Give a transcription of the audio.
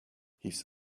his